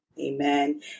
Amen